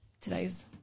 today's